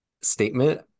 statement